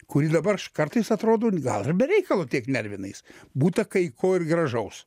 kuri dabar kartais atrodo gal be reikalo tiek nervinais būta kai ko ir gražaus